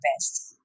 best